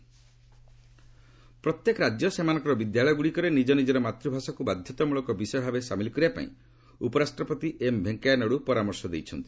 Naidu language ପ୍ରତ୍ୟେକ ରାଜ୍ୟ ସେମାନଙ୍କର ବିଦ୍ୟାଳୟଗୁଡ଼ିକରେ ନିଜ ନିଜର ମାତୃଭାଷାକୁ ବାଧ୍ୟତାମଳକ ବିଷୟ ଭାବେ ସାମିଲ କରିବାପାଇଁ ଉପରାଷ୍ଟ୍ରପତି ଏମ୍ ଭେଙ୍କିୟା ନାଇଡୁ ପରାମର୍ଶ ଦେଇଛନ୍ତି